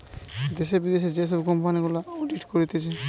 দ্যাশে, বিদ্যাশে যে সব বড় কোম্পানি গুলা অডিট করতিছে